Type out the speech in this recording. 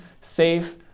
safe